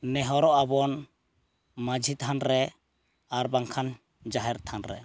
ᱱᱮᱦᱚᱨᱚᱜ ᱟᱵᱚᱱ ᱢᱟᱺᱡᱷᱤ ᱛᱷᱟᱱᱨᱮ ᱟᱨᱵᱟᱝᱠᱷᱟᱱ ᱡᱟᱦᱮᱨᱼᱛᱷᱟᱱ ᱨᱮ